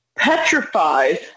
Petrified